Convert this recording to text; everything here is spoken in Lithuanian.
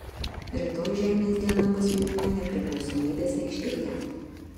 rytoj žemės diena bus minima nepriklausomybės aikštėje